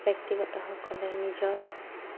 ব্যক্তিগতসকলে নিজৰ